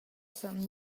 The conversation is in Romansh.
san